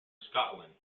scotland